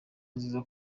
nziza